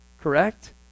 correct